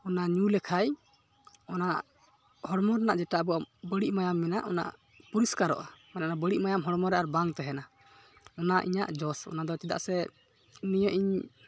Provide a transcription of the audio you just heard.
ᱚᱱᱟ ᱧᱩ ᱞᱮᱠᱷᱟᱱ ᱚᱱᱟ ᱦᱚᱲᱢᱚ ᱨᱮᱱᱟᱜ ᱡᱮᱴᱟ ᱟᱵᱚᱣᱟᱜ ᱵᱟᱹᱲᱤᱡ ᱢᱟᱭᱟᱢ ᱢᱮᱱᱟᱜ ᱚᱱᱟ ᱯᱚᱨᱤᱥᱠᱟᱨᱚᱜᱼᱟ ᱚᱱᱟ ᱵᱟᱹᱲᱤᱡ ᱢᱟᱭᱟᱢ ᱚᱱᱟ ᱦᱚᱲᱢᱚᱨᱮ ᱟᱨ ᱵᱟᱝ ᱛᱟᱦᱮᱱᱟ ᱚᱱᱟ ᱤᱧᱟᱹᱜ ᱡᱚᱥ ᱚᱱᱟᱫᱚ ᱪᱮᱫᱟᱜ ᱥᱮ ᱱᱤᱭᱟᱹ ᱤᱧ